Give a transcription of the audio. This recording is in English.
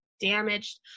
Damaged